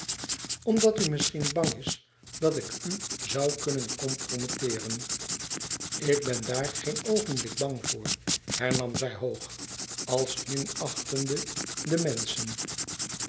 omdat u misschien bang is dat ik u zoû kunnen comprometteeren ik ben daar geen oogenblik bang voor hernam zij hoog als minachtende de menschen